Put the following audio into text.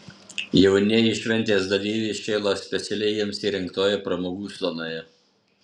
jaunieji šventės dalyviai šėlo specialiai jiems įrengtoje pramogų zonoje